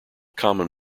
common